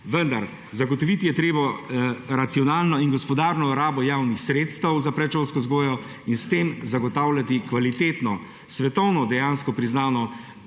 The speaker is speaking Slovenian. vendar zagotoviti je treba racionalno in gospodarno rabo javnih sredstev za predšolsko vzgojo in s tem zagotavljati kvalitetno, svetovno dejansko priznano